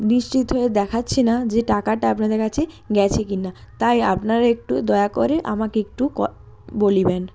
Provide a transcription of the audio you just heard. নিশ্চিত হয়ে দেখাচ্ছে না যে টাকাটা আপনাদের কাছে গেছে কিনা তাই আপনারা একটু দয়া করে আমাকে একটু ক বলিবেন